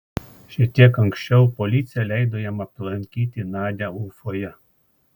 šiek tiek anksčiau policija leido jam aplankyti nadią ufoje